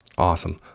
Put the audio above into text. Awesome